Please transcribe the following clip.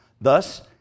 Thus